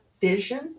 vision